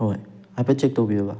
ꯍꯣꯏ ꯍꯥꯏꯐꯦꯠ ꯆꯦꯛ ꯇꯧꯕꯤꯌꯨꯕ